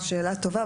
שאלה טובה,